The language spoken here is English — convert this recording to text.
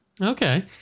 Okay